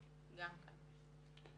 גם כאן.